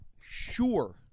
sure